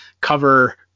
cover